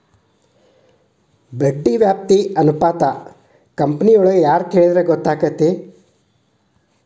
ಬಡ್ಡಿ ವ್ಯಾಪ್ತಿ ಅನುಪಾತಾ ಕಂಪನಿಯೊಳಗ್ ಯಾರ್ ಕೆಳಿದ್ರ ಗೊತ್ತಕ್ಕೆತಿ?